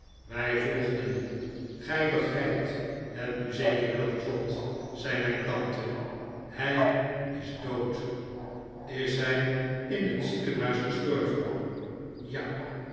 wij volgden gij begrijpt het nu zeker wel trot zei mijn tante hij is dood is hij in het ziekenhuis gestorven ja